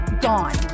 gone